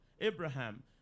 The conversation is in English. Abraham